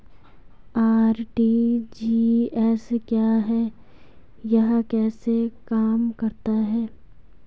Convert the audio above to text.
RTGS क्या है यह कैसे काम करता है?